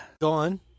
Gone